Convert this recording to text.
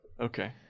okay